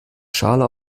schale